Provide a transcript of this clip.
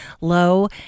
low